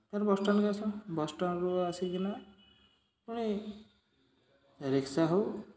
ଫେର୍ ବସ୍ ଷ୍ଟାଣ୍ଡ୍କେ ଆଏସୁ ବସ୍ ଷ୍ଟାଣ୍ଡ୍ରୁ ଆସିକିନା ପୁଣି ରିକ୍ସା ହଉ